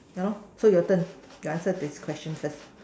you know so your turn you answer this question first